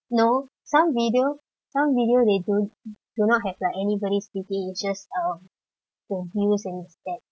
no some videos some videos they don't do not have like anybody speaking it's just um for views instead